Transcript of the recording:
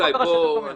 רבותיי, כבר סטינו.